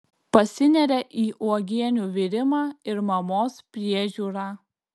pasineria į uogienių virimą ir mamos priežiūrą